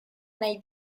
nahi